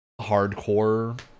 hardcore